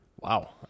Wow